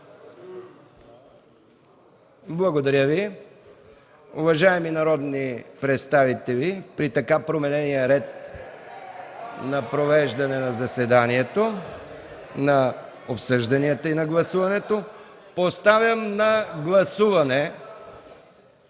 е прието. Уважаеми народни представители, при така променения ред на провеждане на заседанието, на обсъжданията и на гласуването, поставям на гласуване